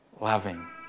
loving